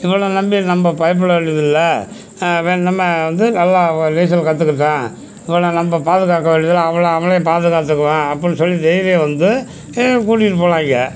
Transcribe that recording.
இவனை நம்பி நம்ம பயப்பட வேண்டியதில்லை இவன் நம்ம வந்து நல்லா நீச்சல் கற்றுக்கிட்டான் இவனை நம்ம பாதுகாக்க வேண்டிதில்லை அவனை அவனே பாதுகாத்துக்குவான் அப்படின்னு சொல்லி தைரியம் வந்து என்னை கூட்டிகிட்டு போனாங்க